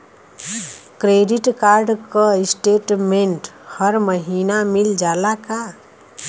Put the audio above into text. Credit card क statement हर महिना मिल जाला का?